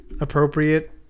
appropriate